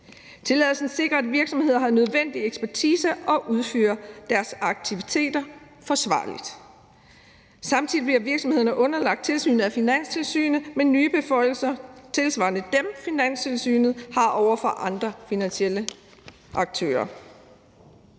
Tilladelsen sikrer, at virksomheder har nødvendig ekspertise og udfører deres aktiviteter forsvarligt. Samtidig bliver virksomheden underlagt tilsyn af Finanstilsynet med nye beføjelser tilsvarende dem, som Finanstilsynet har over for andre finansielle aktører.